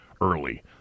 early